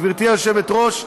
גברתי היושבת-ראש,